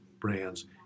brands